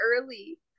early